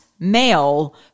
male